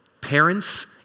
parents